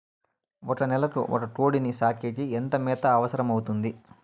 ఒక నెలకు ఒక కోడిని సాకేకి ఎంత మేత అవసరమవుతుంది?